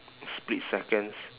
split seconds